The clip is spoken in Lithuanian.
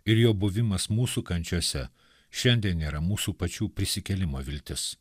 ir jo buvimas mūsų kančiose šiandien yra mūsų pačių prisikėlimo viltis